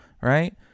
right